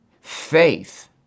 faith